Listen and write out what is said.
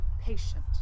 patient